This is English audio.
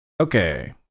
Okay